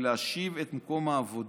היא להשיב את מקום העבודה